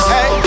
Hey